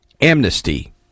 Amnesty